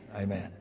Amen